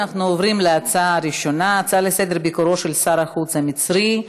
אנחנו עוברים להצעה הראשונה: ביקורו של שר החוץ המצרי,